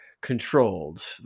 controlled